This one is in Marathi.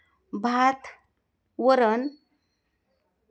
भात वरण